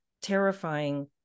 terrifying